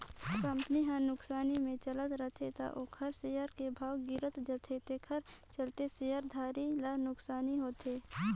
company हर नुकसानी मे चलत रथे त ओखर सेयर के भाव गिरत जाथे तेखर चलते शेयर धारी ल नुकसानी होथे